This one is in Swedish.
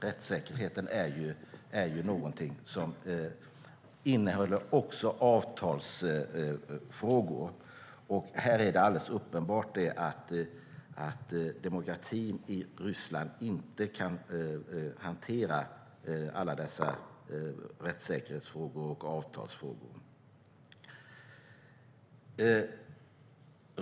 Rättssäkerhet innehåller också avtalsfrågor. Här är det alldeles uppenbart att demokratin i Ryssland inte kan hantera alla dessa rättssäkerhetsfrågor och avtalsfrågor.